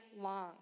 long